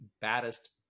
baddest